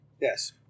Yes